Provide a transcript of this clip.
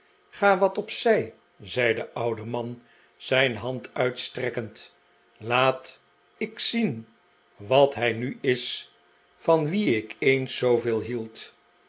ga wat op zij zei de oude man zijn hand uitstrekkend laat ik zien wat hij nu is van wien ik eehs zooveel hield